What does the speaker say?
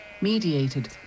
mediated